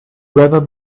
weather